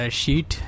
sheet